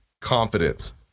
Confidence